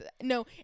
no